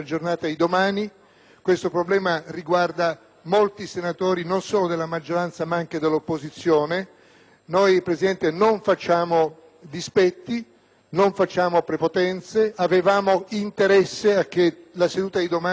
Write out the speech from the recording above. questo problema riguarda molti senatori non solo della maggioranza, ma anche dell'opposizione. Signor Presidente, noi non facciamo dispetti, non facciamo prepotenze; avevamo interesse a che la seduta di domani vedesse